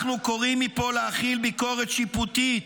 אנחנו קוראים מפה להחיל ביקורת שיפוטית,